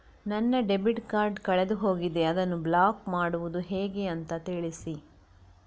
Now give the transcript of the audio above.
ನನ್ನ debit card ಕಳೆದು ಹೋಗಿದೆ, ಅದನ್ನು ಬ್ಲಾಕ್ ಮಾಡುವುದು ಹೇಗೆ ಅಂತ ತಿಳಿಸಿ?